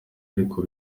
ariko